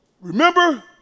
Remember